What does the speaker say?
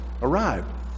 arrived